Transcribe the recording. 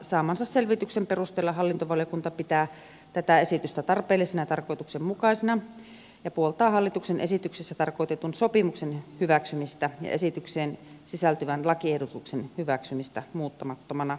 saamansa selvityksen perusteella hallintovaliokunta pitää tätä esitystä tarpeellisena ja tarkoituksenmukaisena ja puoltaa hallituksen esityksessä tarkoitetun sopimuksen hyväksymistä ja esitykseen sisältyvän lakiehdotuksen hyväksymistä muuttamattomana